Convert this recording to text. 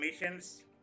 missions